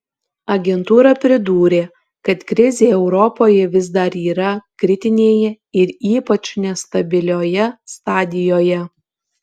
agentūra pridūrė kad krizė europoje vis dar yra kritinėje ir ypač nestabilioje stadijoje